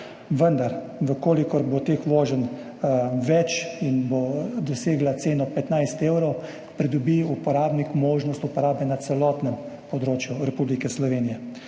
Vendar če bo teh voženj več in bo dosegla ceno 15 evrov, pridobi uporabnik možnost uporabe na celotnem področju Republike Slovenije.